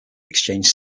exchanged